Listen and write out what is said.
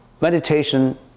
meditation